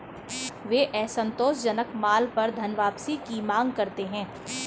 वे असंतोषजनक माल पर धनवापसी की मांग करते हैं